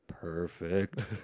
Perfect